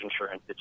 insurance